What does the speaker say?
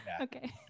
Okay